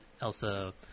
Elsa